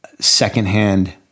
secondhand